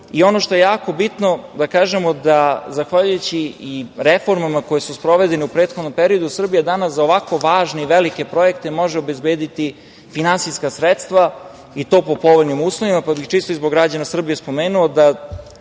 što je jako bitno da kažemo da zahvaljujući i reformama koje su sprovedene u prethodnom periodu, Srbija danas za ovako važne i velike projekte može obezbediti finansijska sredstva i to po povoljnim uslovima. Tu bih čisto zbog građana Srbije spomenuo da